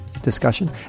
discussion